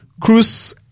Cruz-